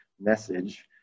message